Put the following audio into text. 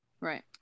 Right